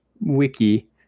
wiki